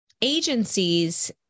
agencies